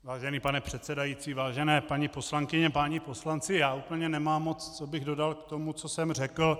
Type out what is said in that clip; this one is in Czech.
Vážený pane předsedající, vážené paní poslankyně, páni poslanci, úplně nemám moc, co bych dodal k tomu, co jsem řekl.